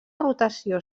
rotació